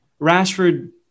Rashford